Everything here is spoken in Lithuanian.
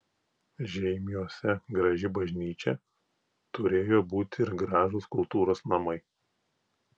žeimiuose graži bažnyčia turėjo būti ir gražūs kultūros namai